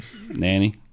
Nanny